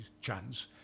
chance